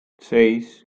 seis